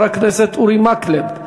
של חבר הכנסת אורי מקלב,